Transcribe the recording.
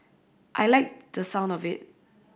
I liked the sound of it